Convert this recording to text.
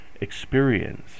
experience